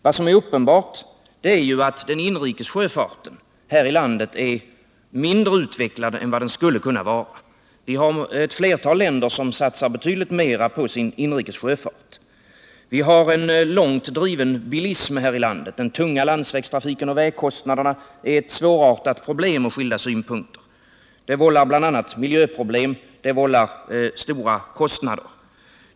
Vad som är uppenbart är att den inrikes sjöfarten här i landet är mindre utvecklad än den skulle kunna vara. Det finns ett flertal länder som satsar betydligt mera på inrikessjöfarten. Vi har en långt driven bilism här i landet. Den tunga landsvägstrafiken och vägkostnaderna är ett svårartat problem ur skilda synpunkter. De vållar bl.a. miljöproblem och medför stora kostnader.